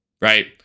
right